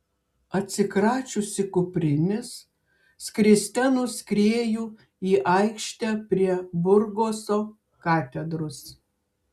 atsikračiusi kuprinės skriste nuskrieju į aikštę prie burgoso katedros